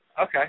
Okay